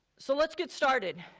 so let's get started.